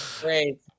Great